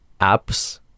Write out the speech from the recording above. apps